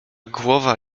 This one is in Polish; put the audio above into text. głowa